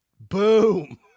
Boom